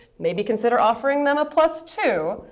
maybe consider offering them a plus two,